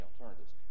alternatives